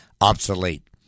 obsolete